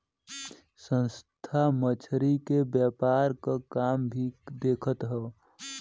संस्था मछरी के व्यापार क काम भी देखत हौ